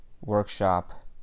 workshop